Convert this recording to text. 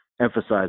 emphasize